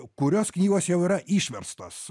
kurios knygos jau yra išverstos